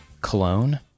cologne